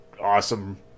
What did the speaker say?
awesome